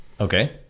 Okay